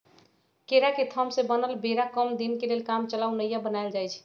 केरा के थम से बनल बेरा कम दीनके लेल कामचलाउ नइया बनाएल जाइछइ